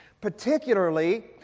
particularly